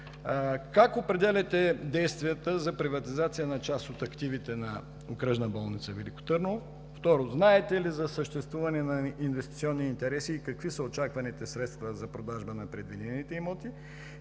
как определяте действията за приватизация на част от активите на Окръжна болница във Велико Търново? Второ, знаете ли за съществуване на инвестиционни интереси и какви са очакваните средства за продажбата на предвидените имоти?